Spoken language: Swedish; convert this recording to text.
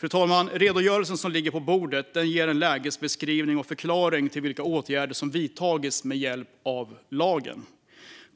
Fru talman! Redogörelsen som ligger på bordet ger en lägesbeskrivning och en förklaring till vilka åtgärder som vidtagits med hjälp av lagen.